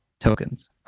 tokens